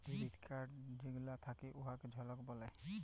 debit card যেগলা থ্যাকে উয়াকে বলক ক্যরে